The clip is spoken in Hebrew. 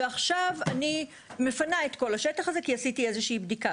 ועכשיו אני מפנה את כל השטח הזה כי עשיתי איזושהי בדיקה.